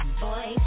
boy